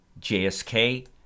JSK